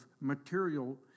material